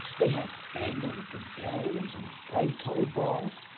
they had bangles, and bells, and bright colored balls.